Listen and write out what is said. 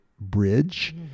Bridge